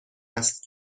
است